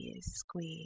squeeze